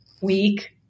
week